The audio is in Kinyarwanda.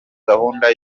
gahunda